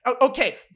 okay